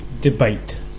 debate